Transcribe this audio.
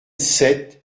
sept